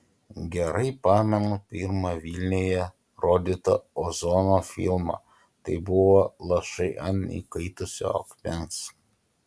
gerai pamenu pirmą vilniuje rodytą ozono filmą tai buvo lašai ant įkaitusio akmens